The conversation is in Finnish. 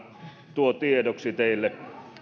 ihan tiedoksi teille